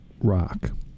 rock